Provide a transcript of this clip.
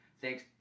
Thanks